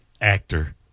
actor